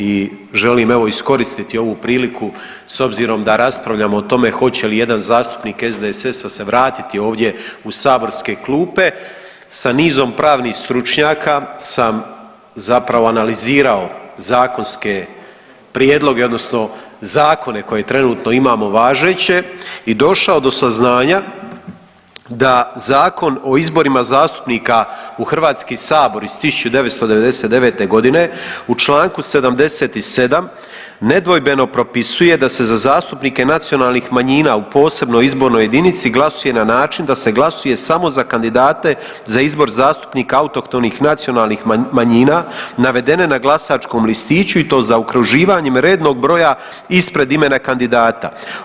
I želim evo iskoristiti priliku s obzirom da raspravljamo o tome hoće li jedan zastupnik SDSS-a se vratiti ovdje u saborske klupe, sa nizom pravnih stručnjaka sam zapravo analizirao zakonske prijedloge odnosno zakone koje trenutno imamo važeće i došao do saznanja da Zakon o izborima zastupnika u HS iz 1999.g. u čl. 77. nedvojbeno propisuje da se za zastupnike nacionalnih manjina u posebnoj izbornoj jedinici glasuje na način da se glasuje samo za kandidate za izbor zastupnika autohtonih nacionalnih manjina navedene na glasačkom listiću i to zaokruživanjem rednog broja ispred imena kandidata.